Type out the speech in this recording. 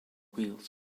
wheels